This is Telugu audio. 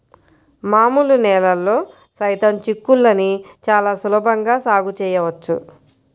మామూలు నేలల్లో సైతం చిక్కుళ్ళని చాలా సులభంగా సాగు చేయవచ్చు